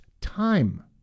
time